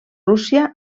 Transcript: rússia